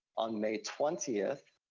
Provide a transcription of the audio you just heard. on may twentieth,